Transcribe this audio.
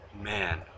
Man